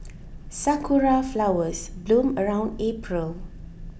sakura flowers bloom around April